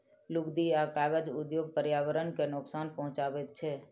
लुगदी आ कागज उद्योग पर्यावरण के नोकसान पहुँचाबैत छै